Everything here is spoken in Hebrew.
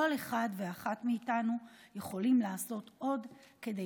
כל אחד ואחת מאיתנו יכולים לעשות עוד כדי